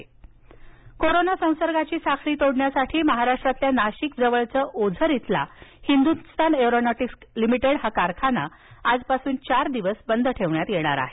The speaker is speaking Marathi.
बंद नाशिक कोरोना संसर्गाची साखळी तोडण्यासाठी महाराष्ट्रातील नाशिक जवळील ओझर इथला हिंदुस्थान एरोनॉटिक्स लिमिटेड हा कारखाना आजपासून चार दिवस बंद ठेवण्यात येणार आहे